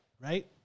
right